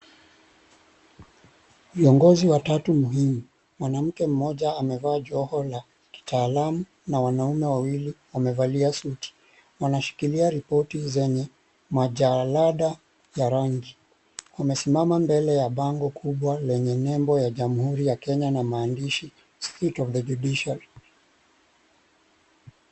Viongozi watatu muhimu. Mwanamke mmoja amevaa joho la kitalaam na wanaume wawili wamevalia suti. Wameshikilia ripoti zenye majalada ya rangi. Wamesimama mbele ya bengo kubwa lenye nembo ya Jamhuri ya Kenya na maandishi, STATE OF THE JUDICIARY.